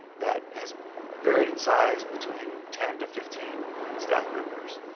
that has varied in size between ten to fifteen staff members.